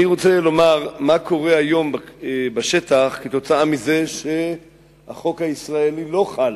אני רוצה לומר מה קורה היום בשטח מכיוון שהחוק הישראלי לא חל,